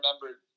remember